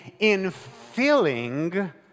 infilling